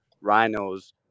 rhinos